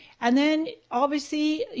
and then obviously,